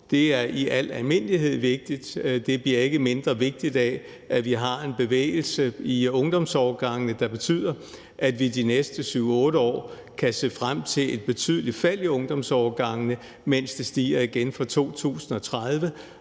Det er i al almindelighed vigtigt, og det bliver ikke mindre vigtigt af, at vi har en bevægelse i ungdomsårgangene, der betyder, at vi de næste 7-8 år kan se frem mod et betydeligt fald i ungdomsårgangene, mens det stiger igen fra 2030.